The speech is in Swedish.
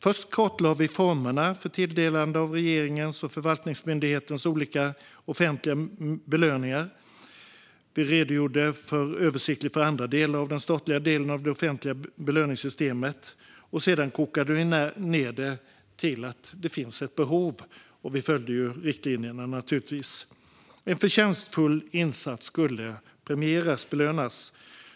Först kartlade vi formerna för tilldelande av regeringens och förvaltningsmyndigheternas olika offentliga belöningar. Vi redogjorde översiktligt för andra delar av den statliga delen av det offentliga belöningssystemet. Sedan kokade vi ned det till att det finns ett behov. Vi följde naturligtvis riktlinjerna. En förtjänstfull insats skulle belönas.